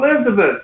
elizabeth